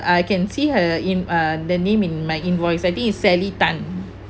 I can see her in uh the name in my invoice I think is sally tan